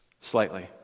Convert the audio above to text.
Slightly